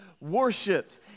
worshipped